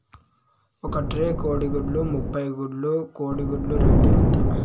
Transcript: ఒక ట్రే కోడిగుడ్లు ముప్పై గుడ్లు కోడి గుడ్ల రేటు ఎంత?